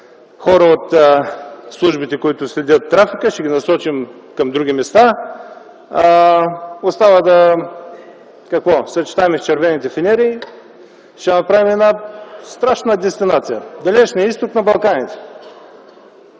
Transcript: хора от службите, които следят трафика, ще ги насочим към други места. Остава да го съчетаем с червените фенери и ще направим страшна дестинация – Далечният Изток на Балканите.